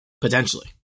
Potentially